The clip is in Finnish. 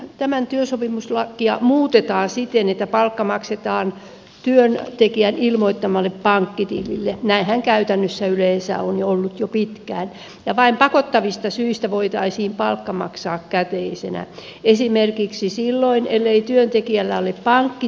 tätä työsopimuslakia muutetaan siten että palkka maksetaan työntekijän ilmoittamalle pankkitilille näinhän käytännössä yleensä on ollut jo pitkään ja vain pakottavista syistä voitaisiin palkka maksaa käteisenä esimerkiksi silloin ellei työntekijällä ole pankkitiliä